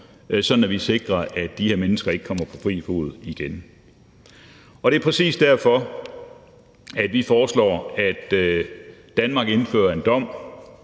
at vi sikrer, at de her mennesker ikke kommer på fri fod igen. Og det er præcis derfor, vi foreslår, at Danmark indfører en dom,